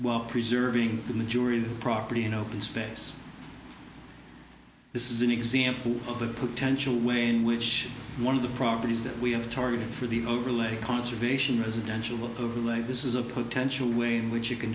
while preserving the majority property in open space this is an example of the potential way in which one of the properties that we have targeted for the overlay conservation residential overlay this is a potential way in which you can